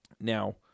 Now